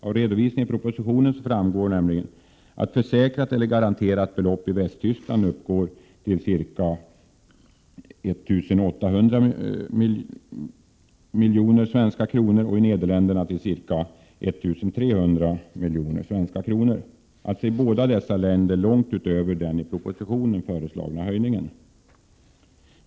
Av redovisningen i propositionen framgår nämligen att försäkrat eller garanterat belopp i Västtyskland uppgår till ca 1 800 miljoner svenska kronor och i Nederländerna till ca 1 300 milj.kr., alltså i båda dessa länder långt över den i propositionen föreslagna höjningen.